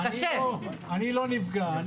לא הגיש המפר לממונה כתב התחייבות או לא הפקיד עירבון,